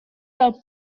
del